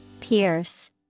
Pierce